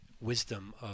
wisdom